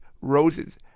Roses